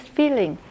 feeling